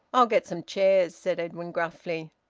i'll get some chairs, said edwin gruffly.